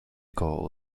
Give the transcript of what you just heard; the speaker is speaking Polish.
koło